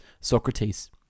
Socrates